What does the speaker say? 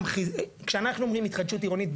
כשאנחנו אומרים התחדשות עירונית,